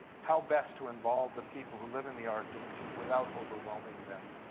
how best to involve the people who live in the arctic without overwhelming them.